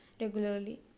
regularly